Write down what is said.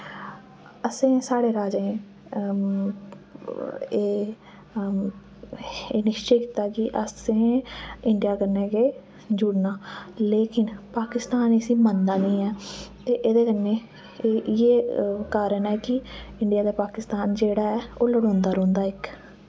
असें साढ़े राजें एह् एह् निशचत कीता कि असें इंडिया कन्नै गै जुड़ना लेकिन पाकिस्तान इस्सी मनदा निं ऐ ते एह्दे कन्नै इयै कारण ऐ कि इंडिया ते पाकिस्तान जेह्ड़ा ऐ ओह् लड़ोंदा रौंह्दा इक